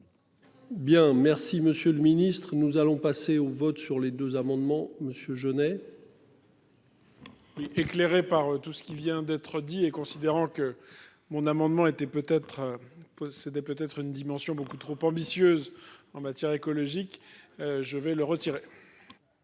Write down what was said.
Bien, merci Monsieur le Ministre, nous allons passer au vote, sur les deux amendements monsieur. Oui, éclairé par tout ce qui vient d'être dit et considérant que mon amendement était peut être. C'est des peut-être une dimension beaucoup trop ambitieuse en matière écologique. Je vais le retirer.